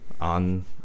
on